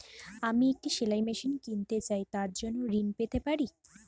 আমি একটি সেলাই মেশিন কিনতে চাই তার জন্য ঋণ পেতে পারি?